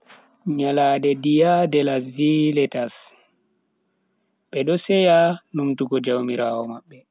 Nyalande Dia de las Velitas, bedo seya numtugo jaumiraawo mabbe.